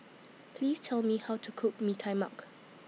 Please Tell Me How to Cook Mee Tai Mak